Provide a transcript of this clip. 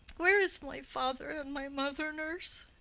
where is my father and my mother, nurse?